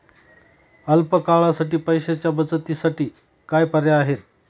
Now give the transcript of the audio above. अल्प काळासाठी पैशाच्या बचतीसाठी काय पर्याय आहेत?